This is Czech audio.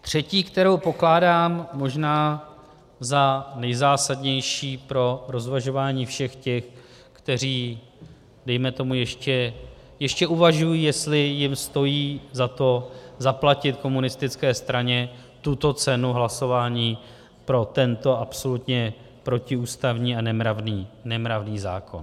Třetí, kterou pokládám možná za nejzásadnější pro rozvažování všech těch, kteří dejme tomu ještě uvažují, jestli jim stojí za to zaplatit komunistické straně tuto cenu hlasování pro tento absolutně protiústavní a nemravný zákon.